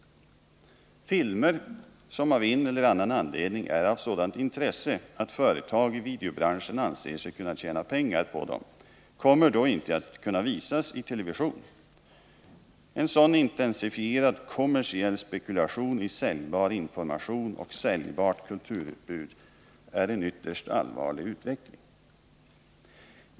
Filmer som av en eller annan anledning är av sådant intresse att företag i videobranschen anser sig kunna tjäna pengar på dem kommer då inte att kunna visas i televisionen. En sådan intensifierad kommersiell spekulation i säljbar information och säljbart kulturutbud visar på en ytterst allvarlig utveckling.